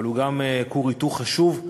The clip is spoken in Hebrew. אבל הוא גם כור היתוך חשוב.